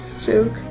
joke